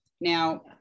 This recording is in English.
Now